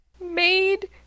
made